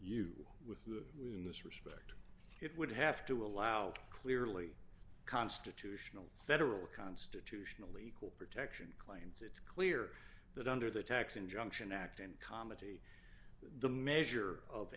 you with the we in this respect it would have to allow clearly constitutional federal constitutional protection clause it's clear that under the tax injunction act in comedy the measure of